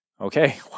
okay